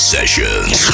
Sessions